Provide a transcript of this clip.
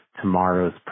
tomorrow's